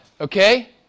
Okay